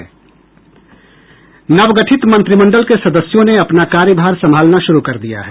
नवगठित मंत्रिमंडल के सदस्यों ने अपने कार्यभार संभालना शुरू कर दिया है